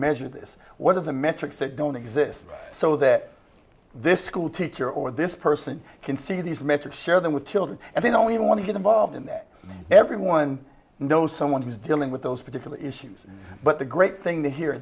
measure this what are the metrics that don't exist so that this school teacher or this person can see these metrics share them with children and they don't want to get involved in that everyone knows someone who is dealing with those particular issues but the great thing to hear